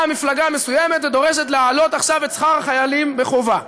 באה מפלגה מסוימת ודורשת להעלות עכשיו את שכר החיילים בחובה,